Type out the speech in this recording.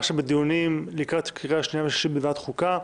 2. בקשת יושב-ראש ועדת החוקה,